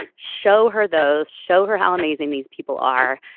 show her those. show her how amazing these people are.